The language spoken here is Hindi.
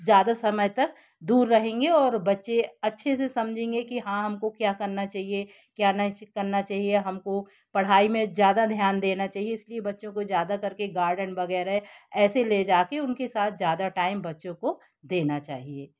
ज़्यादा समय तक दूर रहेंगे और बच्चे अच्छे से समझेंगे की हाँ हमको क्या करना चाहिए क्या नहीं करना चाहिए हमको पढ़ाई में ज़्यादा ध्यान देना चाहिए इसलिए बच्चों को ज़्यादा करके गार्डन वगैरह ऐसे ले जाके उनके साथ ज़्यादा टाइम बच्चों को देना चाहिए